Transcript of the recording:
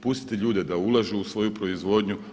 Pustite ljude da ulažu u svoju proizvodnju.